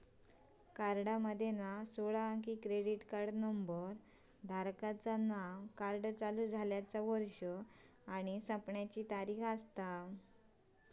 कार्डामध्ये सोळा अंकी क्रेडिट कार्ड नंबर, धारकाचा नाव, कार्ड चालू झाल्याचा वर्ष आणि संपण्याची तारीख असता